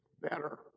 better